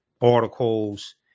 articles